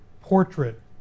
portrait